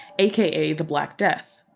aka the black death.